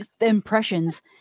impressions